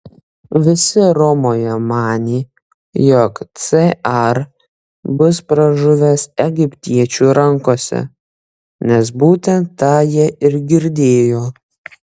visi romoje manė jog cr bus pražuvęs egiptiečių rankose nes būtent tą jie ir girdėjo